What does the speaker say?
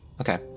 Okay